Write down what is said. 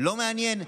לא מעניין,